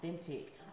authentic